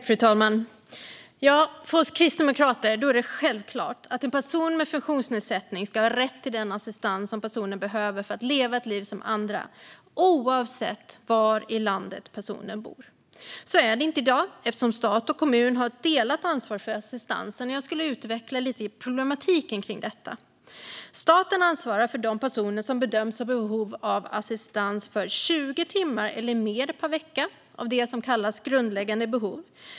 Fru talman! För oss kristdemokrater är det självklart att en person med funktionsnedsättning ska har rätt till den assistans som personen behöver för att leva ett liv som andra, oavsett var i landet personen bor. Så är det inte i dag eftersom stat och kommun har ett delat ansvar för assistansen. Jag ska utveckla problematiken med detta lite grann. Staten ansvarar för de personer som bedöms ha behov av assistans 20 timmar eller mer per vecka av det som kallas grundläggande behov.